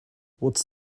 what’s